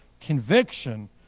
conviction